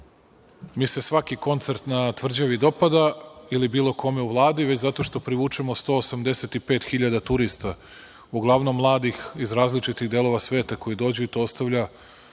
mi se svaki koncert na tvrđavi dopada ili bilo kome u Vladi, već zato što privučemo 185.000 turista, uglavnom mladih iz različitih delova sveta koji dođu i tu ostavljaju